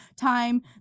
time